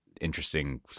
interesting